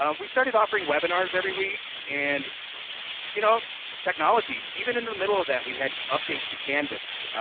um we started offering webinars every week. and you know technology even in the the middle of that, we had updates to canvas.